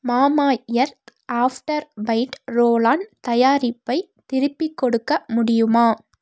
Mamaearth after bite roll on தயாரிப்பை திருப்பி கொடுக்க முடியுமா